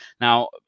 Now